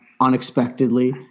unexpectedly